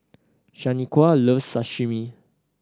Shanequa loves Sashimi